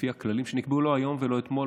לפי כללים שנקבעו לא היום ולא אתמול,